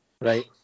right